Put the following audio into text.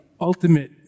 ultimate